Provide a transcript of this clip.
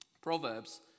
Proverbs